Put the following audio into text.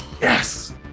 Yes